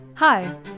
Hi